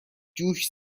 جوش